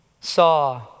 Saw